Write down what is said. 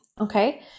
Okay